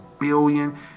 billion